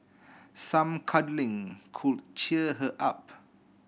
some cuddling could cheer her up